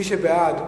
מי שבעד,